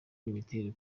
n’imibare